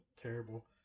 terrible